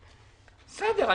בסדר,